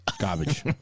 Garbage